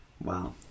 Wow